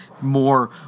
more